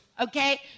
okay